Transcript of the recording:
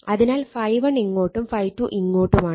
അതിനാൽ ∅1 ഇങ്ങോട്ടും ∅2 ഇങ്ങോട്ടുമാണ്